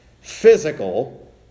physical